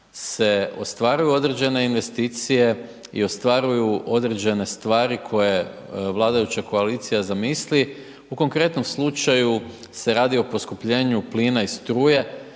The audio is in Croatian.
se ostvaruju određene investicije i ostvaruju određene stvari koje vladajuća koalicija zamisli. U konkretnom slučaju se radi o poskupljenju plina i struje